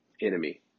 enemy